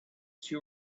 two